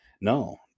No